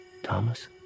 Thomas